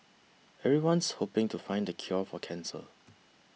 everyone's hoping to find the cure for cancer